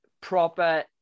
proper